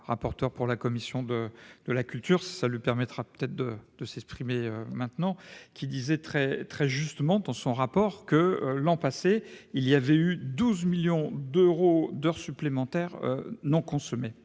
rapporteur pour la commission de de la culture, ça lui permettra peut-être de de s'exprimer maintenant qui disait très très justement dans son rapport que l'an passé, il y avait eu 12 millions d'euros d'heures supplémentaires non consommés,